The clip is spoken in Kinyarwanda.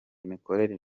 imikorere